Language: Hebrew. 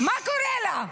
מה קורה לה?